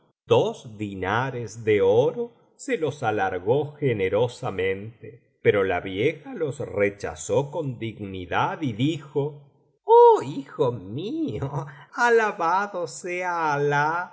dos diñares de oro se los alargó generosamente pero la vieja los rechazó con dignidad y dijo oh hijo mío alabado sea